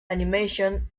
animation